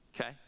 okay